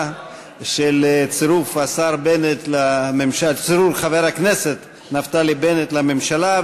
של צירוף חבר הכנסת נפתלי בנט לממשלה.